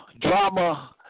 drama